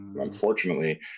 unfortunately